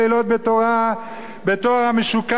בתואר המשוקץ "משתמטים",